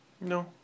No